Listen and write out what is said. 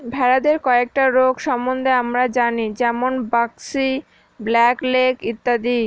ভেড়াদের কয়েকটা রোগ সম্বন্ধে আমরা জানি যেমন ব্র্যাক্সি, ব্ল্যাক লেগ ইত্যাদি